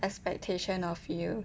expectation of you